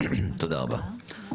תודה רבה.